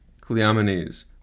Cleomenes